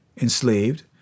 enslaved